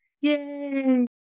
Yay